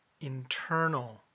internal